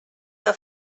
que